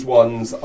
ones